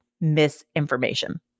Misinformation